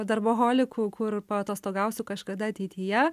darboholikų kur paatostogausiu kažkada ateityje